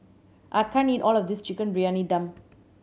I can't eat all of this Chicken Briyani Dum